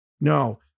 No